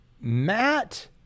Matt